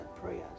prayers